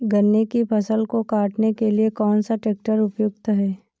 गन्ने की फसल को काटने के लिए कौन सा ट्रैक्टर उपयुक्त है?